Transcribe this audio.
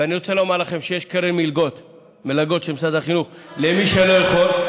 ואני רוצה לומר לכם שיש קרן מלגות של משרד החינוך למי שלא יכול,